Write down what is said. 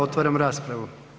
Otvaram raspravu.